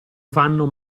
vanno